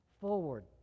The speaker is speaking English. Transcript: forward